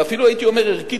ואפילו הייתי אומר ערכית